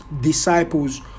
disciples